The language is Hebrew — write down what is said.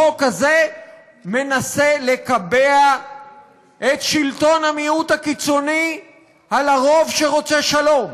החוק הזה מנסה לקבע את שלטון המיעוט הקיצוני על הרוב שרוצה שלום,